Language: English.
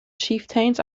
chieftains